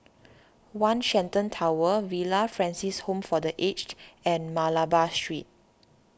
one Shenton Tower Villa Francis Home for the Aged and Malabar Street